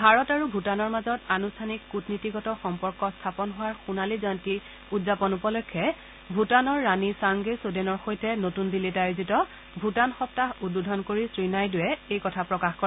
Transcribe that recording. ভাৰত আৰু ভূটানৰ মাজত আনুষ্ঠানিক কুটনীতিগত সম্পৰ্ক স্থাপন হোৱাৰ সোণালী জয়ন্তী উদযাপন উপলক্ষে ভূটানৰ ৰাণী ছাংগে চোদেনৰ সৈতে নতুন দিল্লীত আয়োজিত ভূটান সপ্তাহ উদ্বোধন কৰি শ্ৰীনাইডুৱে এই কথা প্ৰকাশ কৰে